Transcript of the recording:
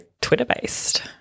Twitter-based